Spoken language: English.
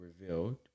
revealed